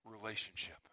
relationship